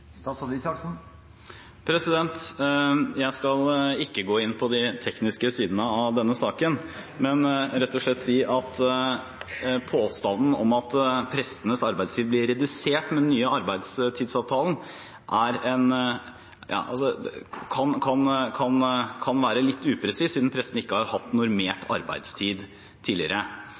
Jeg skal ikke gå inn på de tekniske sidene av denne saken, men rett og slett si at påstanden om at prestenes arbeidstid blir redusert med den nye arbeidstidsavtalen, kan være litt upresis, siden prestene ikke har hatt normert arbeidstid tidligere. Det er ikke